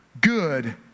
good